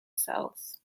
cells